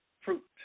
fruit